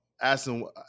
asking